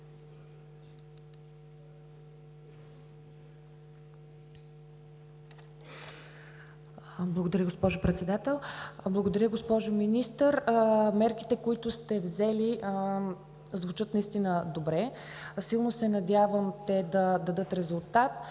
Благодаря, госпожо Председател. Благодаря, госпожо Министър, мерките, които сте взели, звучат наистина добре. Силно се надявам те да дадат резултат